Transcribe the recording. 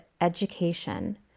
education